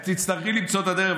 תצטרכי למצוא את הדרך,